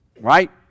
Right